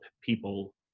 people